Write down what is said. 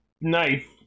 knife